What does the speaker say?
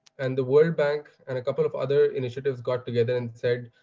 and the world bank and a couple of other initiatives got together and said,